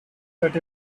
that